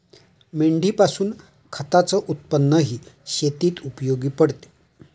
मेंढीपासून खताच उत्पन्नही शेतीत उपयोगी पडते